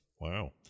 Wow